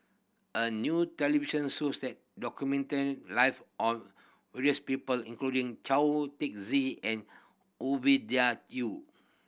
a new television shows that documented live of various people including Chao Tzee and Ovidia Yu